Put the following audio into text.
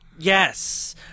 Yes